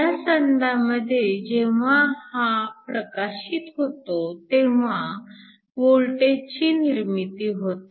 ह्या साधनामध्ये जेव्हा हा प्रकाशित होतो तेव्हा वोल्टेजची निर्मिती होते